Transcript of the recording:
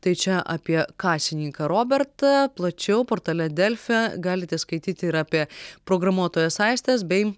tai čia apie kasininką robertą plačiau portale delfi galite skaityti ir apie programuotojos aistės bei